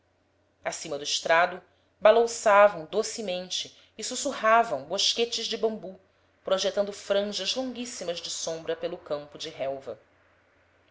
acima do estrado balouçavam docemente e sussurravam bosquetes de bambu projetando franjas longuíssimas de sombra pelo campo de relva